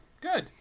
good